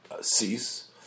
cease